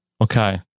Okay